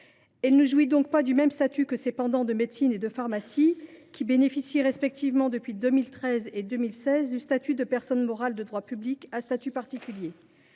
Elle ne jouit donc pas du même statut que ses pendants de médecine et de pharmacie, qui bénéficient, respectivement depuis 2013 et 2016, du statut de personne morale de droit public à statut particulier.